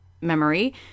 Memory